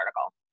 article